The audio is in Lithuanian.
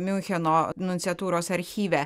miuncheno nunciatūros archyve